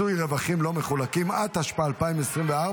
(מיסוי רווחים לא מחולקים), התשפ"ה 2024,